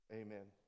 amen